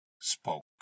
spoke